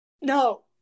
No